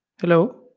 Hello